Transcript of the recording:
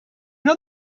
know